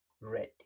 red